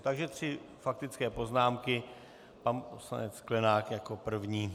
Takže tři faktické poznámky, pan poslanec Sklenák jako první.